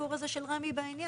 הסיפור הזה של רמ"י בעניין?